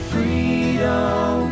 Freedom